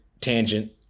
tangent